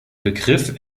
begriff